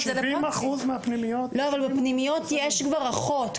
בפנימיות יש כבר אחות,